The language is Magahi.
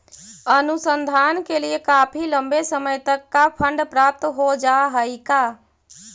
अनुसंधान के लिए काफी लंबे समय तक का फंड प्राप्त हो जा हई का